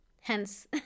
hence